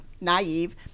naive